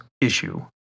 issue